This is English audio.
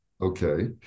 Okay